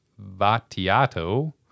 Vatiato